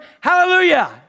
hallelujah